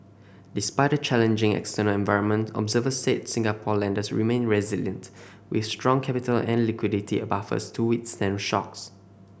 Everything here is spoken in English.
despite a challenging external environment observers said Singapore lenders remain resilient with strong capital and liquidity buffers to withstand shocks